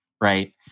Right